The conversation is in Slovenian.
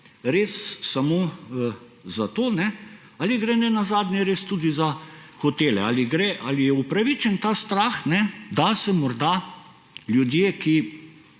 res samo za to? Ali gre nenazadnje res tudi za hotele? Ali je upravičen ta strah, da morda ljudje, ki